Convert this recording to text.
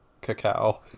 cacao